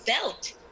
felt